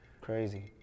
crazy